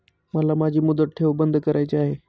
मला माझी मुदत ठेव बंद करायची आहे